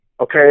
Okay